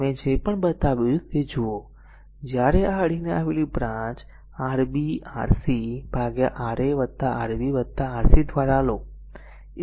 મેં જે પણ બતાવ્યું તે જુઓ a જ્યારે આ અડીને આવેલી branch Rb Rc by RaRbRc દ્વારા લો